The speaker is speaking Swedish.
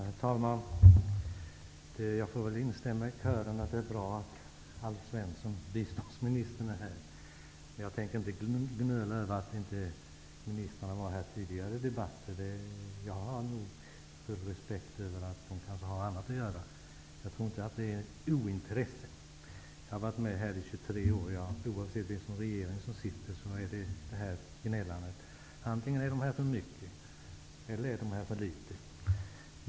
Herr talman! Jag får väl stämma in i kören och säga att det är bra att Alf Svensson, biståndsministern, är här. Men jag tänker inte gnöla över att ministrarna inte var här tidigare under debatten. Jag har full respekt för att de kanske har annat att göra. Jag tror inte att det är av ointresse. Jag har varit med i 23 år. Oavsett vilken regering som sitter är det samma gnällande. Antingen är statsråden här för mycket eller också är de här för litet.